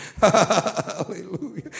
Hallelujah